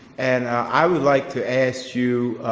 and i would like to ask you,